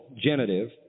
genitive